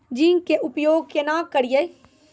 Zinc के उपयोग केना करये?